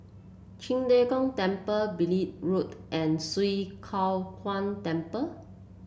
Qing De Gong Temple Beaulieu Road and Swee Kow Kuan Temple